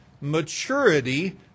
maturity